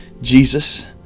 Jesus